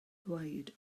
ddweud